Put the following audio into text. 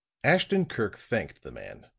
ashton-kirk thanked the man,